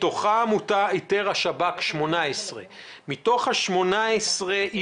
מתוכם איתר השב"כ 18,000. מתוך 18,000,